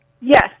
Yes